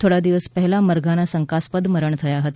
થોડા દિવસ પહેલા મરઘાનાં શંકાસ્પદ મરણ થયા હતા